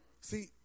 See